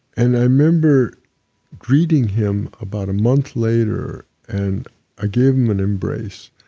and i remember greeting him about a month later and i gave him an embrace,